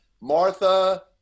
Martha